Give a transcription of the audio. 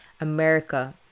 America